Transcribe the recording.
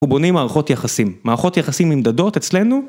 ובונים מערכות יחסים, מערכות יחסים נמדדות אצלנו